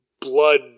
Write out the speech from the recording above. blood